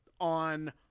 on